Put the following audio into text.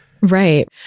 Right